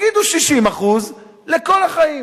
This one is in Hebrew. תגידו 60% לכל החיים.